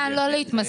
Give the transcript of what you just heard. עידן, לא להתמסכן.